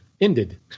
ended